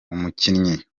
umukinnyi